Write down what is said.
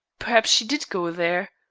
perhaps she did go there?